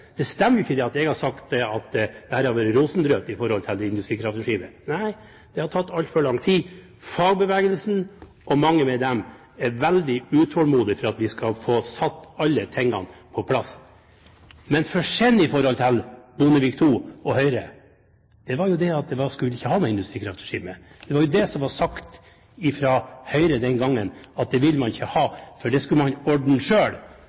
Det stemmer ikke at jeg har sagt at det har vært rosenrødt i forhold til industrikraftregimet. Nei, det har tatt altfor lang tid. Fagbevegelsen, og mange med dem, er veldig utålmodig etter at vi skal få satt alle tingene på plass. Men forskjellen i forhold til Bondevik II og Høyre var at de ikke skulle ha noe industrikraftregime. Det som jo ble sagt fra Høyre den gangen, var at det ville man ikke